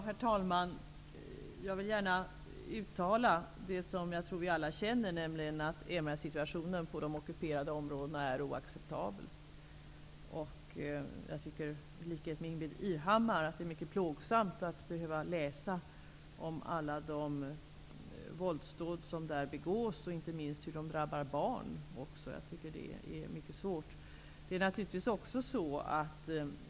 Herr talman! Jag vill gärna uttala vad jag tror att vi alla känner, nämligen att MR-situationen i de ockuperade områdena är oacceptabel. I likhet med Ingbritt Irhammar tycker jag att det är mycket plågsamt att behöva läsa om alla de våldsdåd som där begås och inte minst om hur de drabbar barn. Jag tycker att det är mycket svårt.